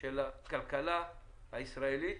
של הכלכלה הישראלית